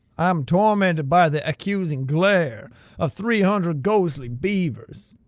i am tormented by the accusing glare of three hundred ghostly beavers!